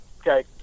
Okay